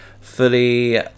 fully